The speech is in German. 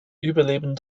überleben